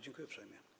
Dziękuję uprzejmie.